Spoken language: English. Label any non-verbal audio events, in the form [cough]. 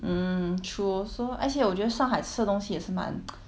mm true so 而且我觉得上海吃的东西也是蛮 [noise]